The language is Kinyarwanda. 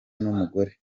n’umugore